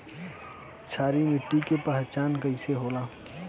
क्षारीय मिट्टी के पहचान कईसे होला?